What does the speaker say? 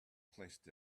placed